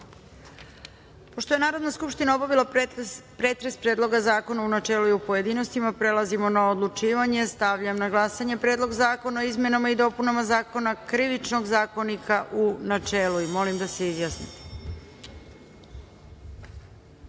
je Narodna skupština obavila pretres Predloga zakona u načelu i u pojedinostima, prelazimo na odlučivanje. Stavljam na glasanje Predlog zakona o izmenama i dopunama Krivičnog zakonika, u načelu. Molim da se